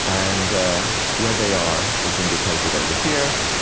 and where they are is indicated over here.